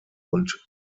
und